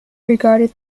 regarded